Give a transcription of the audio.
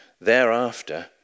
Thereafter